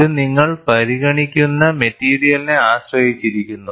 ഇത് നിങ്ങൾ പരിഗണിക്കുന്ന മെറ്റീരിയലിനെ ആശ്രയിച്ചിരിക്കുന്നു